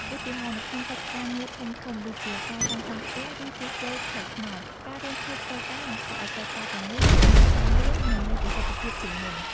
ឧទាហរណ៍ នៅក្នុងកិច្ចការងារធំៗដូចជាការសាងសង់ផ្ទះ ឬជួសជុលផ្លូវថ្នល់ ការរួមគ្នាធ្វើការនឹងធ្វើឱ្យកិច្ចការទាំងនោះសម្រេចបានលឿន និងមានប្រសិទ្ធភាពជាងមុន។